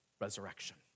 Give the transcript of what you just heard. resurrection